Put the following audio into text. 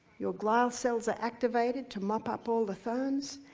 your glial cells are activated to mop up all the thorns,